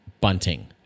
bunting